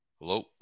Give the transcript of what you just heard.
Hello